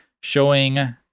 showing